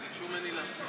מסעוד גנאים,